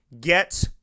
get